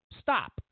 Stop